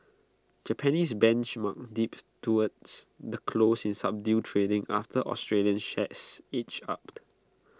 Japanese benchmarks dipped towards the close in subdued trading after Australian shares edged up